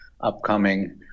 upcoming